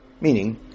Meaning